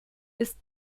ist